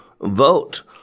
vote